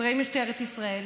שוטרי משטרת ישראל,